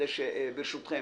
ברשותכם,